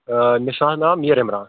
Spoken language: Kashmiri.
مےٚ چھُ حظ ناو میٖر عمران